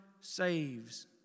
saves